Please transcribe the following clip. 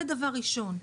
זה דבר ראשון.